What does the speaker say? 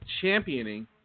championing